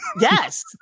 yes